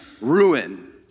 ruin